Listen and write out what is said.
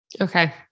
Okay